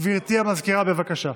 גברתי המזכירה, בבקשה.